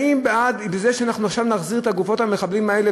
האם בעד זה שאנחנו עכשיו נחזיר את גופות המחבלים האלה,